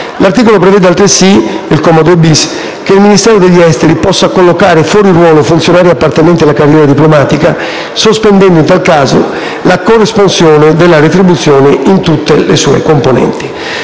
L'articolo prevede altresì (al comma 2-*bis*) che il Ministero degli esteri possa collocare fuori ruolo funzionari appartenenti alla carriera diplomatica, sospendendo in tal caso la corresponsione della retribuzione in tutte le sue componenti.